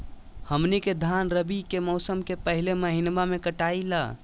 हमनी के धान रवि के मौसम के पहले महिनवा में कटाई ला